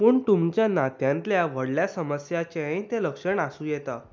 पूण तुमच्या नात्यांतल्या व्हडल्या समस्यांचेंय तें लक्षण आसूं येता